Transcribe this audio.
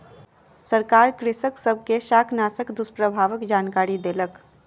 सरकार कृषक सब के शाकनाशक दुष्प्रभावक जानकरी देलक